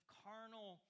carnal